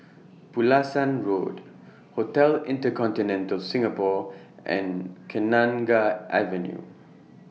Pulasan Road Hotel InterContinental Singapore and Kenanga Avenue